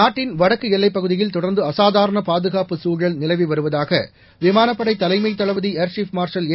நாட்டின் வடக்கு எல்லைப்பகுதியில் தொடர்ந்து அசாதாரண பாதுகாப்பு சூழல் நிலவி வருவதாக விமானப்படை தலைமைத் தள்பதி ஏர்சீப் மார்ஷல் ஏ